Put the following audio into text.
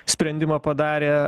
sprendimą padarė